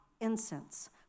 incense